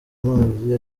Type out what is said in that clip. amazi